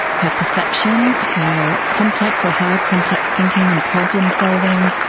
her perception, her complex or higher complex thinking and problem solving.